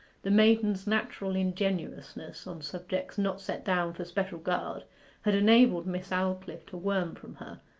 the maiden's natural ingenuousness on subjects not set down for special guard had enabled miss aldclyffe to worm from her,